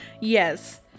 Yes